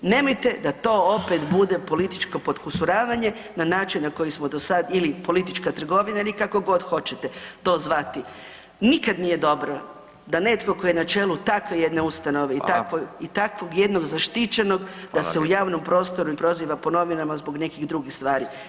Nemojte da to opet bude političko potkusuravanje na način na koji smo do sad, ili politička trgovina ili kako god hoćete, to zvati, nikad nije dobro, da netko tko je na čelu takve jedne ustanove [[Upadica: Hvala.]] i takvog jednog zaštićenog [[Upadica: Hvala lijepa.]] da se u javnom prostoru i proziva po novinama zbog nekih drugih stvari.